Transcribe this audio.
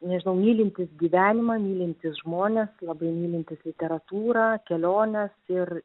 nežinau mylintis gyvenimą mylintis žmones labai mylintis literatūrą keliones ir